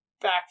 back